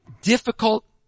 difficult